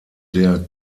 der